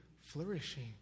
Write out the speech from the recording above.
flourishing